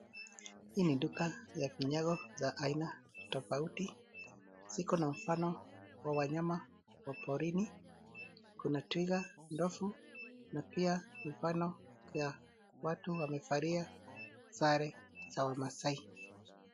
Hii ni duka ya vinyago za aina tofauti. Ziko na mfano wa wanyama wa porini kuna twiga, ndovu, na pia mfano ya watu wamevalia vale za Wamasai.